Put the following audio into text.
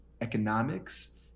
economics